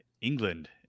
england